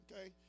Okay